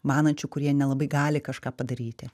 manančių kurie nelabai gali kažką padaryti